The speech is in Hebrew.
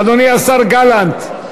אדוני השר גלנט.